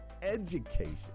education